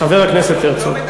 חבר הכנסת הרצוג,